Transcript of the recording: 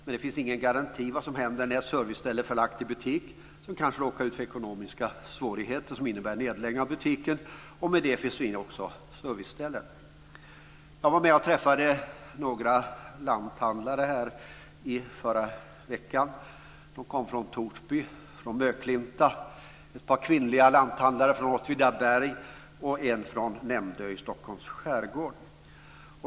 Men det finns ingen garanti för vad som händer om ett serviceställe förlagt till en budtik kanske råkar ut för ekonomiska svårigheter som innebär nedläggning av butiken. Därmed försvinner också ett sådant serviceställe. Jag träffade några lanthandlare här i förra veckan. De kom från Torsby och Möklinta. Ett par kvinnliga lanthandlare var från Åtvidaberg och en var från Nämndö i Stockholms skärgård.